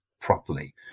properly